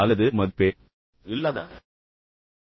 அல்லது மதிப்பே இல்லாததா என்று பாருங்கள்